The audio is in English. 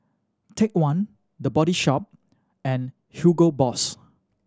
Take One The Body Shop and Hugo Boss